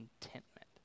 contentment